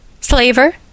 Slaver